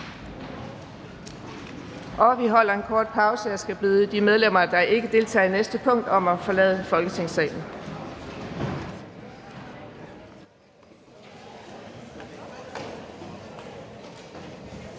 Vi holder en kort pause, og jeg skal bede de medlemmer, der ikke deltager i næste punkt på dagsordenen, om at forlade Folketingssalen.